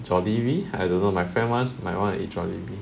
Jollibee I don't know my friends wants might want Jollibee